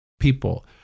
people